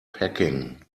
packing